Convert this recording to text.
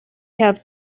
have